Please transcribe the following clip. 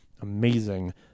amazing